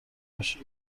باشم